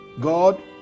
God